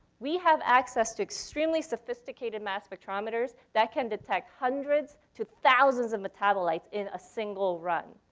we have access to extremely sophisticated mass spectrometers that can detect hundreds to thousands of metabolites in a single run.